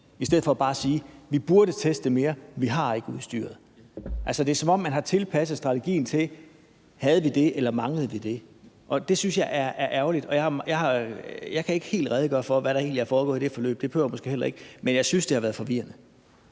i stedet for bare at sige, at man burde teste mere, men man har ikke udstyret. Det er, som om man har tilpasset strategien til, om man havde det, eller om man manglede det, og det synes jeg er ærgerligt. Jeg kan ikke helt redegøre for, hvad der egentlig er foregået i det forløb, og det behøver jeg måske heller ikke, men jeg synes, det har været forvirrende.